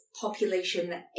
population